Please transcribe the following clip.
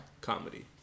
Comedy